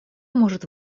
может